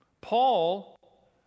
Paul